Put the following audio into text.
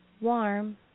warm